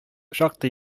шактый